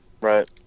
right